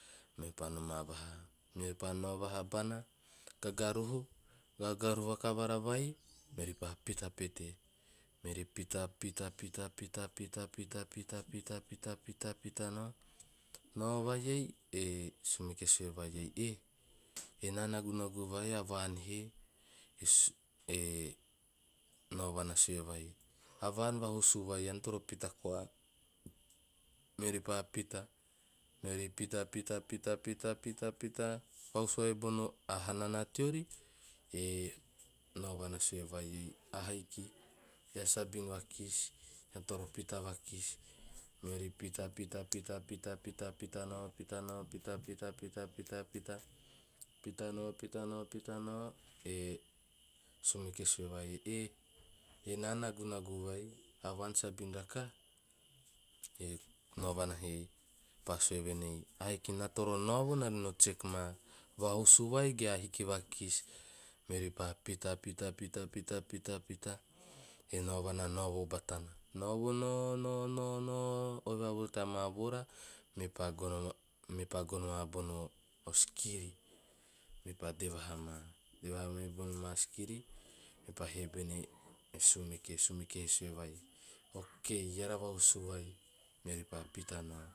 Meori pa homavahoma, meori pa nao havaha bana gagaruhu, gagaruhu vakavara vai meori pa pita pete. Meori pita- pita pita nao, nao vai iei e sumeke sue vai ei "eh ena nagnagu vai ei a vaan hee?" e naovana sue vai "ean ean vahusu vai toro pita koa." Meori pa pita, meori pita- pita vahusu vai bono a hanana teori. Eh naovana sue vei ei "eh ahaiki eara sabin vakis eara toro pita vakis." Meori pita- pita nao- pita nao- pita nao pita- pita pita nao- pita nao eh sumeke sue vai "eh ena nagunagu vai, a vaan sabin rakaha." Eh naovana sue venei "ahiki na toro naovo naa re no check maa, vahusu vai ge ahaiki vakisi na toro naovo naa re no check maa, vahusu vai ge ahaiki vakisi. Meori pa pita- pita- pita e naovana naovo bata nana, naovo nao- nao- nao oi vuvura teama voora mepa gono- mepa gono na bono o sikira mepa dee vahama. Dema amaa bono ma skiri ma paa hee bene e sumeke, e sumeke sue vai "okay eara vahusu